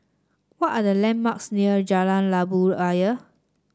what are the landmarks near Jalan Labu Ayer